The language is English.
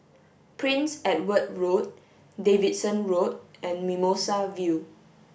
Prince Edward Road Davidson Road and Mimosa View